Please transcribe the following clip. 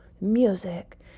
music